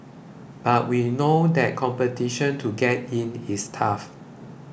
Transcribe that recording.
but we know that competition to get in is tough